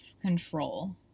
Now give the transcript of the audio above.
control